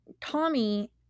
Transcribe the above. Tommy